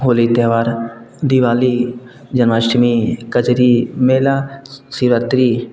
होली त्यौहार दीवाली जन्माष्टमी कजरी मेला शिवरात्रि